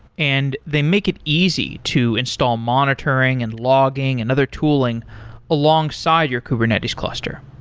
and they make it easy to install monitoring and logging and other tooling alongside your kubernetes cluster.